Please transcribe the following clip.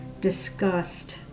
disgust